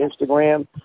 Instagram